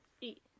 Eat